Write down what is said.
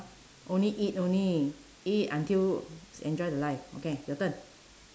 only eat only eat until enjoy the life okay your turn